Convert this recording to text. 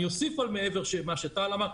אוסיף על מה שטל אמר,